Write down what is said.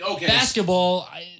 Basketball